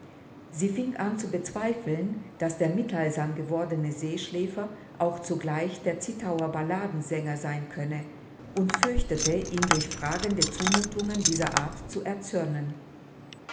sie fing an zu bezweifeln daß der mittheilsam gewordene seeschläfer auch zugleich der zittauer balladensänger sein könne und fürchtete ihn durch fragende zumuthungen dieser art zu erzürnen